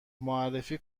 معرفی